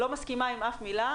אני לא מסכימה עם אף מילה,